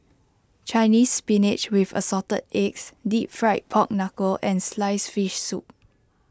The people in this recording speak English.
Chinese Spinach with Assorted Eggs Deep Fried Pork Knuckle and Sliced Fish Soup